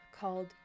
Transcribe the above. called